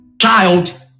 child